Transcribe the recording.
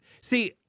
see